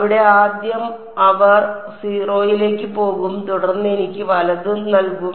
അവിടെ ആദ്യം അവർ 0 ലേക്ക് പോകും തുടർന്ന് എനിക്ക് വലത് നൽകും